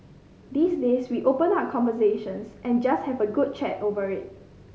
these days we open up conversations and just have a good chat over it